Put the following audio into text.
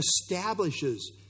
establishes